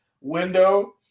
window